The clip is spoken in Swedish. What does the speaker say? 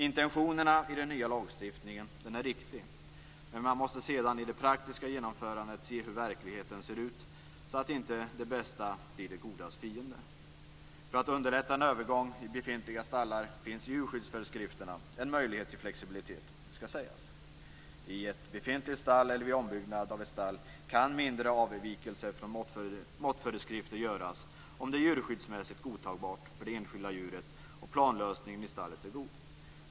Intentionen i den nya lagstiftningen är riktig. Men i det praktiska genomförandet måste man se till hur verkligheten ser ut, så att inte det bästa blir det godas fiende. För att underlätta en övergång i befintliga stallar finns en möjlighet till flexibilitet i djurskyddsföreskrifterna - det skall sägas. I ett befintligt stall eller vid ombyggnad av ett stall kan mindre avvikelser från måttföreskrifter göras om det djurskyddsmässigt är godtagbart för det enskilda djuret och planlösningen i stallet är god.